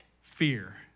fear